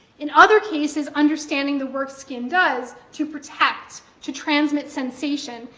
in other cases, understanding the work skin does to protect, to transmit sensation,